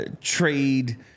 trade